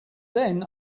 then